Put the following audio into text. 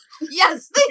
Yes